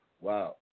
Wow